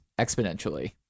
exponentially